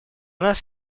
нас